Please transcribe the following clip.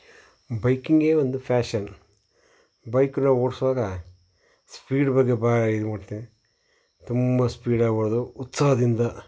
ಬೈಕಿಂಗೇ ಒಂದು ಫ್ಯಾಷನ್ ಬೈಕ್ನಾ ಓಡ್ಸುವಾಗ ಸ್ಪೀಡ್ ಬಗ್ಗೆ ಭಾಳ ಇದು ಮಾಡ್ತೀನಿ ತುಂಬ ಸ್ಪೀಡಾಗಿ ಹೋಗೋದು ಉತ್ಸಾಹದಿಂದ